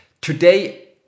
Today